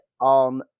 on